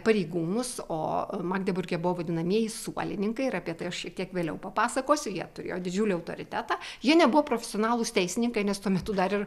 pareigūnus o magdeburge buvo vadinamieji suolininkai ir apie tai aš šiek tiek vėliau papasakosiu jie turėjo didžiulį autoritetą jie nebuvo profesionalūs teisininkai nes tuo metu dar ir